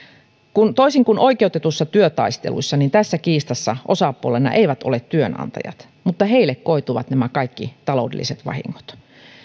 toisin kuin oikeutetuissa työtaisteluissa tässä kiistassa osapuolena eivät ole työnantajat mutta heille koituvat nämä kaikki taloudelliset vahingot